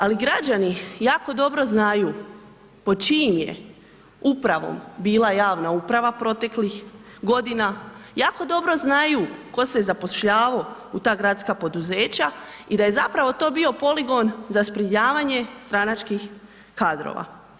Ali, građani jako dobro znaju pod čijim je upravom bila javna uprava proteklih godina, jako dobro znaju tko se je zapošljavao u ta gradska poduzeća i da je zapravo to bio poligon za zbrinjavanje stranačkih kadrova.